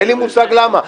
אין לי מושג למה.